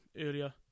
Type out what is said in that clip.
earlier